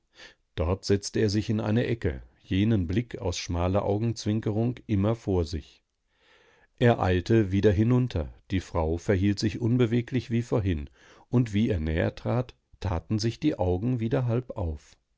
dort setzte er sich in eine ecke jenen blick aus schmaler augenzwinkerung immer vor sich er eilte wieder hinunter die frau verhielt sich unbeweglich wie vorhin und wie er näher trat taten sich die augen wieder halb auf